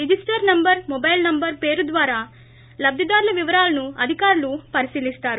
register number mobile number పేరు ద్వారా లబ్లిదారుల వివరాలను అధికారులు పరిశీలిస్తారు